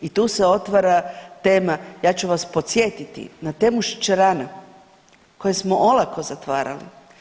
I tu se otvara tema, ja ću vas podsjetiti na temu šećerana koje smo olako zatvarali.